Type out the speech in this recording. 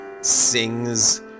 sings